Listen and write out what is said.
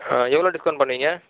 ஆ எவ்வளோ டிஸ்கவுண்ட் பண்ணுவீங்க